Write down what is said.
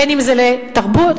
אם לתרבות,